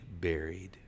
buried